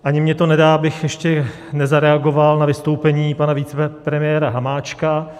Ani mně to nedá, abych ještě nezareagoval na vystoupení pana vicepremiéra Hamáčka.